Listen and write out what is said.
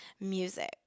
music